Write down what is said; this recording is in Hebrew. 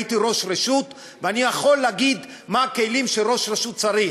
הייתי ראש רשות ואני יכול להגיד מה הכלים שראש רשות צריך,